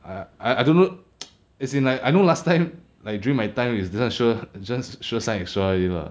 I I I don't know as in like I know last time like during my time is just sure just sure sign extra 而已 lah